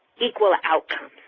equal outcomes,